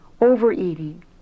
Overeating